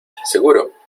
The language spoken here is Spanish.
seguro